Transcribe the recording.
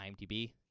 IMDb